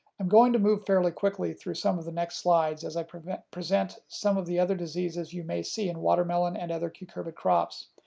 i'm going to move fairly quickly through some of the next slides as i present present some of the other diseases you may see in watermelon and other cucurbit crops.